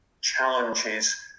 challenges